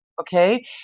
Okay